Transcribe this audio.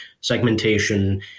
segmentation